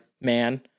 man